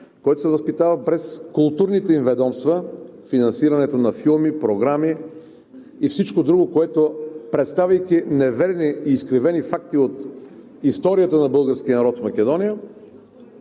който се възпитава през културните им ведомства – финансирането на филми, програми и всичко друго, представяйки неверни и изкривени факти от историята на българския народ в Македония,